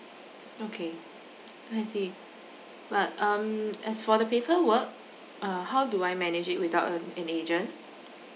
okay I see but um as for the paperwork uh how do I manage it without um an agent